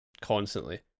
constantly